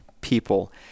people